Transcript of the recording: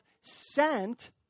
sent